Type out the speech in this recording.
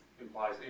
implies